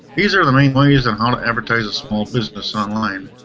these are the main ways on how to advertise a small business online.